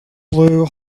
blue